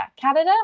Canada